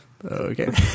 Okay